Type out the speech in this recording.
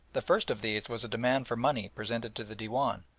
the first of these was a demand for money presented to the dewan,